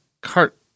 cart